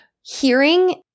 hearing